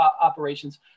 operations